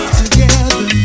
together